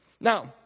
Now